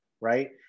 right